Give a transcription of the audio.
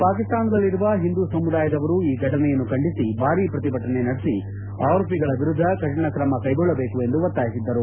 ಪಾಕಿಸ್ತಾನದಲ್ಲಿರುವಹಿಂದೂ ಸಮುದಾಯದವರು ಈ ಘಟನೆಯನ್ನು ಖಂಡಿಸಿ ಭಾರೀ ಪ್ರತಿಭಟನೆ ನಡೆಸಿ ಆರೋಪಿಗಳ ವಿರುದ್ದ ಕಠಿಣ ಕ್ರಮಕ್ಲೆಗೊಳ್ಳಬೇಕು ಎಂದು ಒತ್ತಾಯಿಸಿದ್ದರು